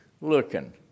looking